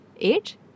eight